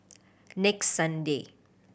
next Sunday